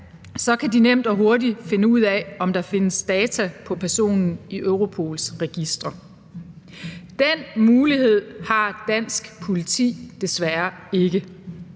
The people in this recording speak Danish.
så kan de nemt og hurtigt finde ud af, om der findes data på personen i Europols registre. Den mulighed har dansk politi desværre ikke.